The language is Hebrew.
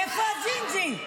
איפה הג'ינג'י?